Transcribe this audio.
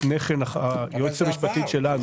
לפני כן היועצת המשפטית שלנו --- אבל זה עבר,